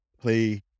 Play